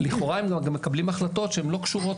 לכאורה הם גם מקבלים החלטות שלא קשורות